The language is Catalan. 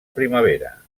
primavera